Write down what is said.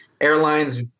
airlines